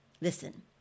Listen